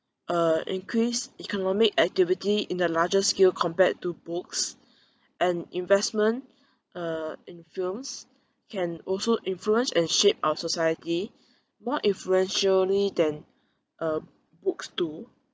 uh increased economic activity in the larger scale compared to books and investment uh in films can also influence and shape our society more influentially then a books do